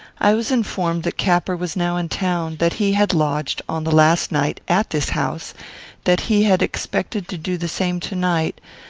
i was informed that capper was now in town that he had lodged, on the last night, at this house that he had expected to do the same to-night,